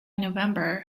november